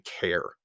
care